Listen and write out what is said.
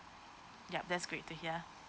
yup that's great to hear